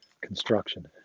construction